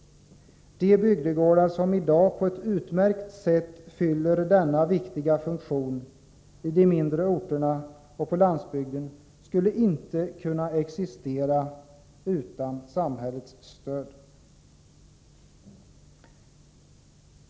De bygdegårdar som i dag på ett utmärkt sätt fyller denna viktiga funktion i de mindre orterna och på landsbyden skulle inte kunna existera utan samhällets stöd.